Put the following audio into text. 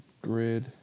grid